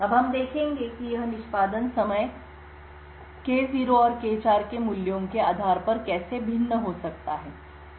अब हम देखेंगे कि यह निष्पादन समय K0 और K4 के मूल्यों के आधार पर कैसे भिन्न हो सकता है